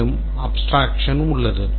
மேலும் abstraction உள்ளது